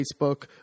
Facebook